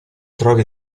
trovi